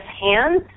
hands